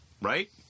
right